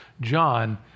John